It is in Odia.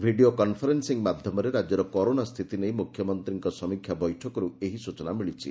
ଭିଡ଼ିଓ କନଫରେନ୍ପିଂ ମାଧ୍ଧମରେ ରାକ୍ୟର କରୋନା ସ୍ତିତି ନେଇ ମୁଖ୍ୟମନ୍ତୀଙ୍କ ସମୀକ୍ଷା ବୈଠକରୁ ଏହି ସ୍ଚନା ମିଳିଛି